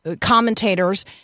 commentators